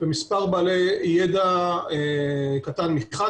ומספר בעלי ידע קטן מצד אחד.